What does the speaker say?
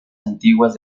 antiguas